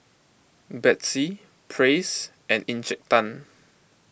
Betsy Praise and Encik Tan